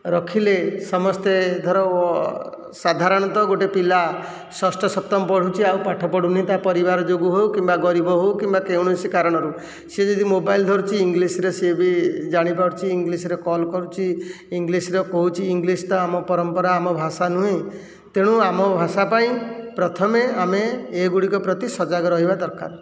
ରଖିଲେ ସମସ୍ତେ ଧର ସାଧାରଣତଃ ଗୋଟିଏ ପିଲା ଷଷ୍ଠ ସପ୍ତମ ପଢ଼ୁଛି ଆଉ ପାଠ ପଢ଼ୁନି ତା ପରିବାର ଯୋଗୁଁ ହେଉ କିମ୍ବା ଗରିବ ହେଉ କିମ୍ବା କୌଣସି କାରଣରୁ ହେଉ ସେ ଯଦି ମୋବାଇଲ ଧରୁଛି ଇଂଲିଶରେ ସେ ବି ଜାଣିପାରୁଛି ଇଂଲିଶରେ କଲ୍ କରୁଛି ଇଂଲିଶରେ କହୁଛି ଇଂଲିଶ ତ ଆମ ପରମ୍ପରା ଆମ ଭାଷା ନୁହେଁ ତେଣୁ ଆମ ଭାଷା ପାଇଁ ପ୍ରଥମେ ଆମେ ଏ ଗୁଡ଼ିକ ପ୍ରତି ସଜାଗ ରହିବା ଦରକାର